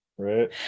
right